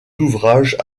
ouvrages